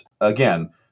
again